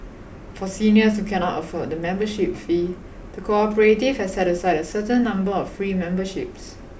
for seniors who cannot afford the membership fee the cooperative has set aside a certain number of free memberships